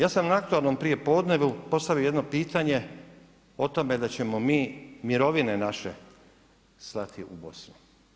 Ja sam na aktualnom prijepodnevu postavio jedno pitanje o tome da ćemo mi mirovine naše slati u Bosnu.